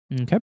Okay